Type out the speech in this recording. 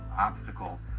obstacle